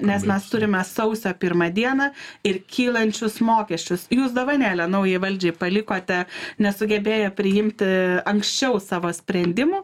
nes mes turime sausio pirmą dieną ir kylančius mokesčius jūs dovanėlę naujai valdžiai palikote nesugebėję priimti anksčiau savo sprendimų